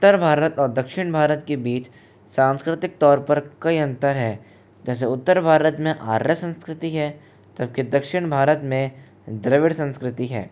उत्तर भारत और दक्षिण भारत के बीच सांस्कृतिक तौर पर कई अंतर है जैसे उत्तर भारत में आर्य संस्कृति है जब कि दक्षिण भारत में द्रविड संस्कृति है